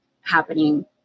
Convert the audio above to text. happening